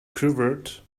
quivered